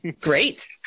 Great